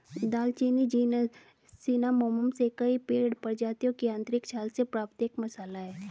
दालचीनी genus Cinnamomum से कई पेड़ प्रजातियों की आंतरिक छाल से प्राप्त एक मसाला है